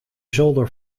zolder